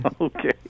Okay